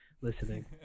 Listening